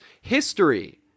History